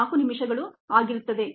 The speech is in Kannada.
ಅವೆಲ್ಲವೂ ಸುಮಾರು 10 ಗಂಟೆಗಳಿರುತ್ತದೆ